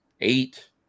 eight